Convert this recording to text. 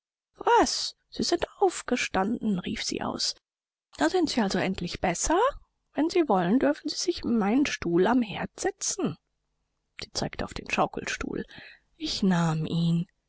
was sie sind aufgestanden rief sie aus da sind sie also endlich besser wenn sie wollen dürfen sie sich in meinen stuhl am herd setzen sie zeigte auf den schaukelstuhl ich nahm ihn